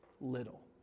little